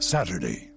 Saturday